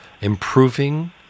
improving